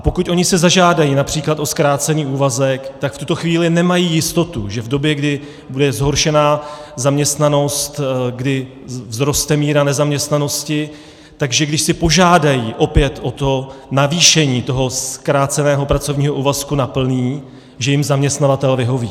Pokud si zažádají například o zkrácený úvazek, tak v tuto chvíli nemají jistotu, že v době, kdy je zhoršená zaměstnanost, kdy vzroste míra nezaměstnanosti, když si požádají opět o navýšení zkráceného pracovního úvazku na plný, že jim zaměstnavatel vyhoví.